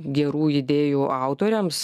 gerų idėjų autoriams